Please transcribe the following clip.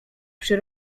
przy